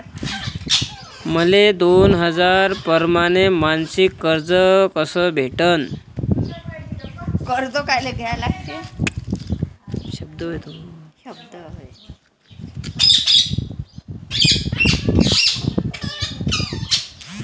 मले दोन हजार परमाने मासिक कर्ज कस भेटन?